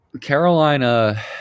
Carolina